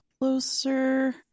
closer